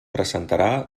presentarà